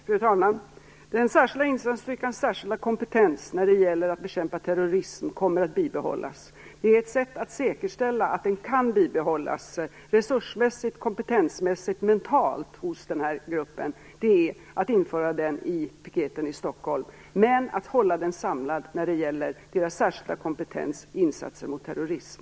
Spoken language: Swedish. Fru talman! Den särskilda insatsstyrkans särskilda kompetens när det gäller att bekämpa terrorism kommer att bibehållas. Ett sätt att säkerställa att den här gruppen kan bibehållas resursmässigt, kompetensmässigt och mentalt är att införa den i piketen i Stockholm, men att hålla den samlad när det gäller deras särskilda kompetens i fråga om insatser mot terrorism.